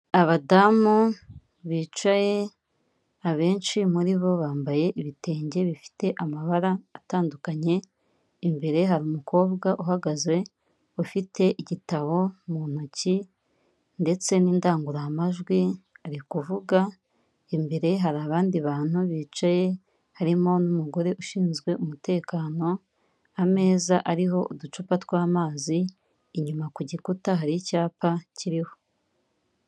Abadamu bicaye abenshi muri bo bambaye ibitenge bifite amabara atandukanye, imbere hari umukobwa uhagaze ufite igitabo mu ntoki ndetse n'indangururamajwi ari kuvuga, imbere hari abandi bantu bicaye harimo n'umugore ushinzwe umutekano, ameza ariho uducupa tw'amazi, inyuma ku gikuta hari icyapa kiriho.